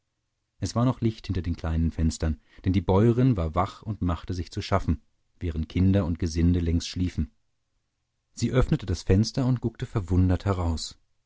es war noch licht hinter den kleinen fenstern denn die bäuerin war wach und machte sich zu schaffen während kinder und gesinde längst schliefen sie öffnete das fenster und guckte verwundert heraus